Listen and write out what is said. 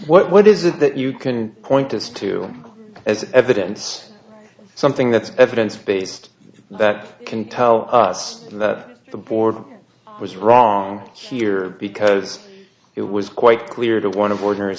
place what is it that you can point to as evidence something that's evidence based that can tell us that the board was wrong here because it was quite clear that one of ordinary